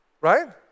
right